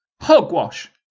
Hogwash